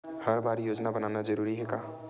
हर बार योजना बनाना जरूरी है?